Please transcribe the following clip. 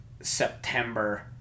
September